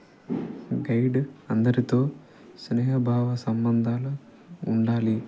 guide అందరితో స్నేహభావ సంబంధాలు ఉండాలి